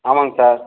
ஆமாங்க சார்